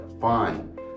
Fine